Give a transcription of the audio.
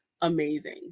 amazing